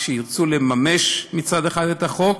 כשירצו לממש מצד אחד את החוק,